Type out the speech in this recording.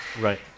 Right